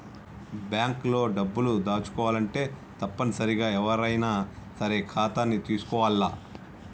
bank లో డబ్బులు దాచుకోవాలంటే తప్పనిసరిగా ఎవ్వరైనా సరే ఖాతాని తీసుకోవాల్ల